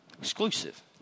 Exclusive